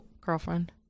girlfriend